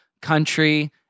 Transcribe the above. country